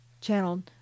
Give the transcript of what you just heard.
channeled